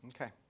Okay